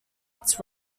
its